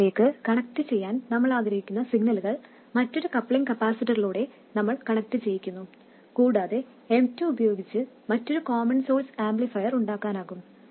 M2 വിലേക്ക് കണക്റ്റുചെയ്യാൻ നമ്മൾ ആഗ്രഹിക്കുന്ന സിഗ്നലുകൾ മറ്റൊരു കപ്ലിംഗ് കപ്പാസിറ്ററിലൂടെ നമ്മൾ കണക്റ്റ് ചെയ്യിക്കുന്നു കൂടാതെ M2 ഉപയോഗിച്ച് മറ്റൊരു കോമൺ സോഴ്സ് ആംപ്ലിഫയർ ഉണ്ടാക്കാനാകും